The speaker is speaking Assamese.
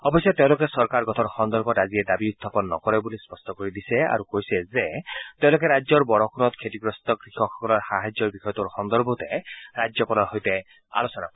অৱশ্যে তেওঁলোকে চৰকাৰ গঠন সন্দৰ্ভত আজিয়ে দাবী উখাপন নকৰে বুলি স্পষ্ট কৰি দিছে আৰু কৈছে যে তেওঁলোকে ৰাজ্যৰ বৰষূণত ক্ষতিগ্ৰস্ত কৃষকসকলৰ সাহায্যৰ বিষয়টোৰ সন্দৰ্ভতহে ৰাজ্যপালৰ সৈতে আলোচনা কৰিব